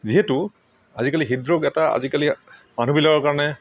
যিহেতু আজিকালি হৃদৰোগ এটা আজিকালি মানুহবিলাকৰ কাৰণে